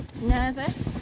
nervous